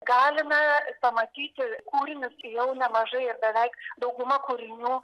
galima pamatyti kūrinius jau nemažai ir beveik dauguma kūrinių